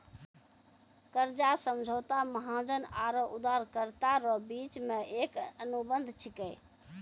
कर्जा समझौता महाजन आरो उदारकरता रो बिच मे एक अनुबंध छिकै